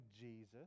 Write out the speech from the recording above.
Jesus